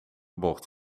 bocht